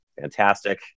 fantastic